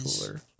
cooler